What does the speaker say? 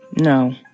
No